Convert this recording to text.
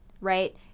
right